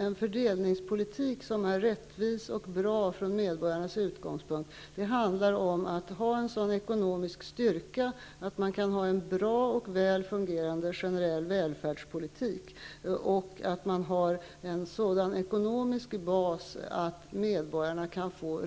En fördelningspolitik som är rättvis och bra från medborgarnas utgångspunkt handlar om att ha en sådan ekonomisk styrka att man kan ha en bra och väl fungerande generell välfärdspolitik och om att ha en sådan ekonomisk bas att medborgarna kan få